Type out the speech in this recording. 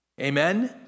Amen